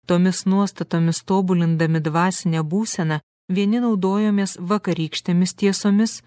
tomis nuostatomis tobulindami dvasinę būseną vieni naudojomės vakarykštėmis tiesomis